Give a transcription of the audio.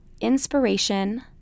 inspiration